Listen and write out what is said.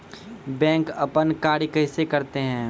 Bank अपन कार्य कैसे करते है?